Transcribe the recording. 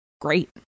great